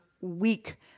week